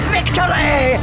Victory